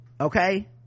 okay